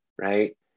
Right